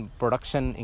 production